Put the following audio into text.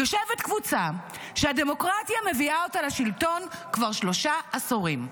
יושבת קבוצה שהדמוקרטיה מביאה אותה לשלטון כבר שלושה עשורים.